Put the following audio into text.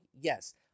Yes